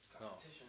Competition